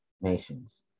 nations